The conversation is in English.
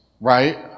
Right